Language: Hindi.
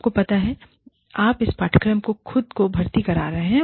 आपको पता है आप इस पाठ्यक्रम में खुद को भर्ती करा सकते हैं